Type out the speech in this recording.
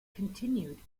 continued